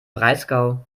breisgau